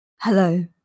Hello